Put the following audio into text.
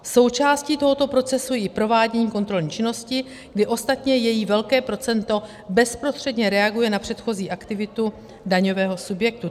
Součástí tohoto procesu je i provádění kontrolní činnosti, kdy ostatně její velké procento bezprostředně reaguje na předchozí aktivitu daňového subjektu.